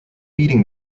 feeding